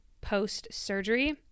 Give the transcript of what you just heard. post-surgery